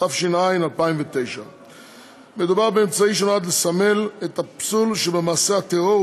התש"ע 2009. מדובר באמצעי שנועד לסמל את הפסול שבמעשה הטרור,